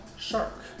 shark